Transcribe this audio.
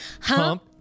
Hump